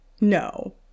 No